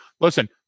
Listen